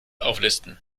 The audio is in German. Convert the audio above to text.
auflisten